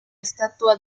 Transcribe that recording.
estatua